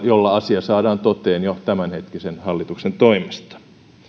jolla asia saadaan toteen jo tämänhetkisen hallituksen toimesta